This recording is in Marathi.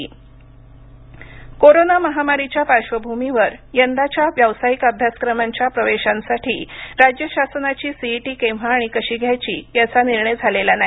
एमएच सीईटी कोरोना महामारीच्या पार्श्वभूमीवर यंदाच्या व्यावसायिक अभ्यासक्रमांच्या प्रवेशांसाठी राज्य शासनाची सीईटी केव्हा आणि कशी घ्यावयाची याचा निर्णय झालेला नाही